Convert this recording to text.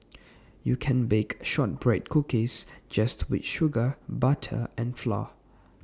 you can bake Shortbread Cookies just with sugar butter and flour